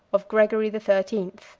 of gregory the thirteenth